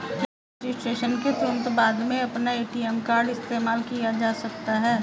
क्या रजिस्ट्रेशन के तुरंत बाद में अपना ए.टी.एम कार्ड इस्तेमाल किया जा सकता है?